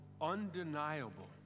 undeniable